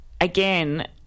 Again